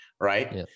right